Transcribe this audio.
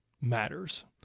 matters